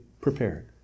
prepared